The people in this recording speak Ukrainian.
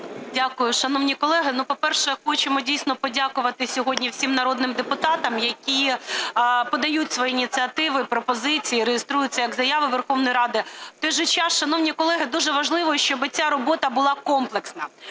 Дякую, шановні колеги. По-перше, хочемо дійсно подякувати сьогодні всім народним депутатам, які подають свої ініціативи, пропозиції, реєструють це як заяви Верховної Ради. В той же час, шановні колеги, дуже важливо, щоб ця робота була комплексна.